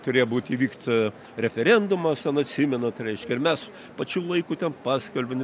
turėjo būt įvykt referendumas ten atsimenant reiškia ir mes pačiu laiku ten paskalbėm